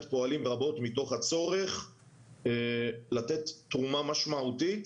פועלים רבות מתוך הצורך לתת תרומה משמעותית